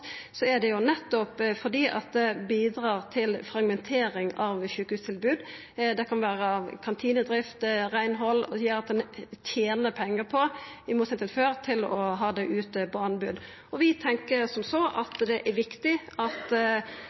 Det er nettopp fordi det bidreg til fragmentering av sjukehustilbod. Det kan vera kantinedrift og reinhald som gjer at ein i motsetning til før tener pengar på å ha det ute på anbod. Vi tenkjer som så at det er viktig at